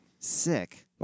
Sick